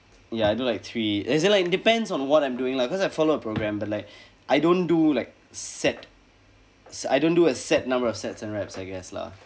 ya I do like three as in like depends on what I'm doing lah cause I follow a programme but like I don't do like set I don't do a set number of sets and reps I guess lah